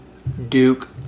Duke